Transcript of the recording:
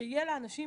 שתהיה לאנשים